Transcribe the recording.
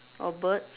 or birds